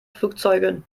flugzeuge